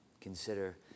consider